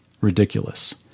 ridiculous